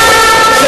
אז את